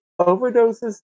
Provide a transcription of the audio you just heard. overdoses